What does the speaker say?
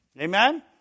Amen